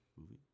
movie